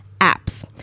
apps